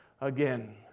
again